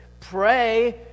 pray